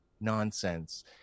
nonsense